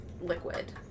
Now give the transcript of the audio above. liquid